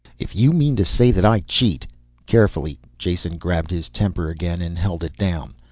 if you mean to say that i cheat carefully, jason grabbed his temper again and held it down.